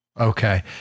Okay